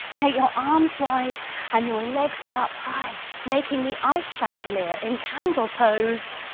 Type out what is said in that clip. take your arms wide and your legs up high, making the ice chandelier in candle pose.